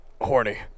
Horny